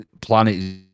Planet